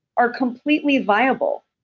are completely viable.